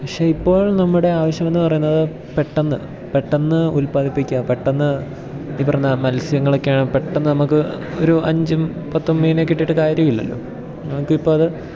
പക്ഷെ ഇപ്പോൾ നമ്മുടെ ആവശ്യമെന്ന് പറയുന്നത് പെട്ടെന്ന് പെട്ടെന്ന് ഉല്പാദിപ്പിക്കുക പെട്ടെന്ന് ഈ പറഞ്ഞ മത്സ്യങ്ങളൊക്കെയാണ് പെട്ടെന്ന് നമുക്ക് ഒരു അഞ്ചും പത്തും മീൻ കിട്ടിയിട്ട് കാര്യം ഇല്ലല്ലോ നമുക്കിപ്പം അത്